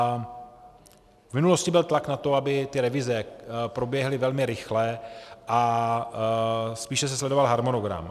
V minulosti byl tlak na to, aby ty revize proběhly velmi rychle, a spíše se sledoval harmonogram.